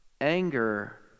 Anger